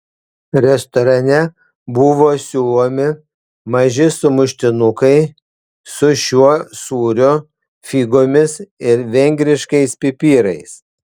restorane buvo siūlomi maži sumuštinukai su šiuo sūriu figomis ir vengriškais pipirais